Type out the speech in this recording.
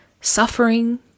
suffering